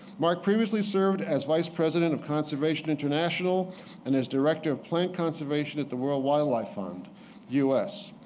mark previously served as vice president of conservation international and as director of plant conservation at the world wildlife fund us.